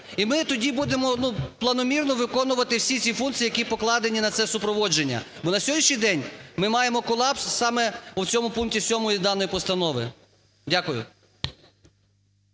І ми тоді буде планомірно виконувати всі ці функції, які покладені на це супроводження, бо на сьогоднішній день ми маємо колапс саме в цьому пункті 7 даної постанови. Дякую.